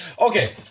okay